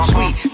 Sweet